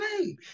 name